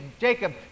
Jacob